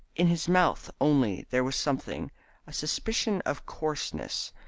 in his mouth only there was something a suspicion of coarseness,